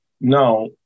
now